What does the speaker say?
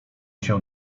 się